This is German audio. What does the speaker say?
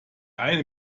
eine